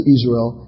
Israel